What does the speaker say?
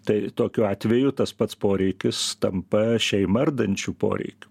tai tokiu atveju tas pats poreikis tampa šeimą ardančiu poreikiu